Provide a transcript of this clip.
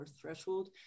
threshold